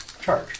charge